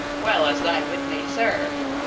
well as thy wit may serve!